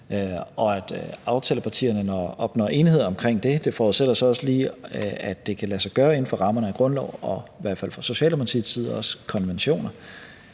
og aftalepartierne opnår enighed om det – det forudsætter så også lige, at det kan lade sig gøre inden for rammerne af grundloven og i hvert fald for Socialdemokratiets vedkommende også konventionerne